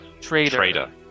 Traitor